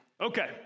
Okay